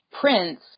prince